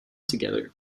together